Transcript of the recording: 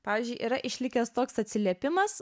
pavyzdžiui yra išlikęs toks atsiliepimas